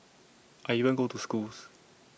I even go to schools